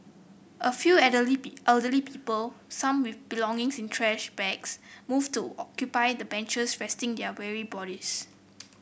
a few elderly elderly people some belongings in trash bags moved to occupy the benches resting their weary bodies